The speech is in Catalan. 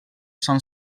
són